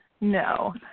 No